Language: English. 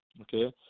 Okay